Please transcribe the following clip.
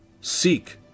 seek